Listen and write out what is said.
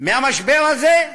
מהמשבר הזה,